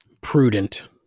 prudent